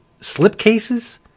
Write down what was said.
slipcases